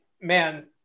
man